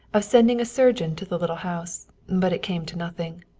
of sending a surgeon to the little house, but it came to nothing.